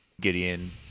Gideon